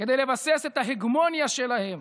כדי לבסס את ההגמוניה שלהם,